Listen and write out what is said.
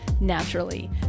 naturally